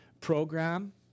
program